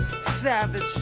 savage